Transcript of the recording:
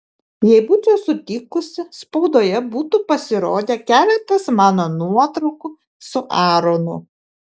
jei būčiau sutikusi spaudoje būtų pasirodę keletas mano nuotraukų su aaronu